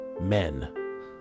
men